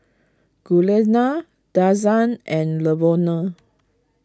Giuliana Denzell and Lavonne